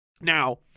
Now